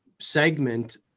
segment